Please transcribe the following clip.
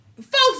folks